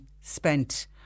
spent